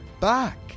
back